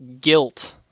guilt